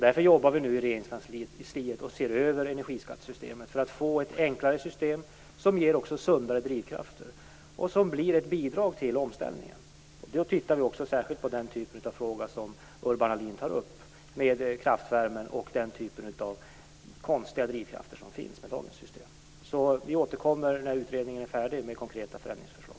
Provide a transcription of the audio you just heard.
Därför jobbar vi nu i Regeringskansliet med att se över energiskattesystemet för att få ett enklare system som också ger sundare drivkrafter. Det blir också ett bidrag till omställningen. Då tittar vi också särskilt på den typ av fråga som Urban Ahlin tar upp med kraftvärmen och de konstiga drivkrafter som finns med dagens system. Vi återkommer med konkreta förändringsförslag när utredningen är färdig.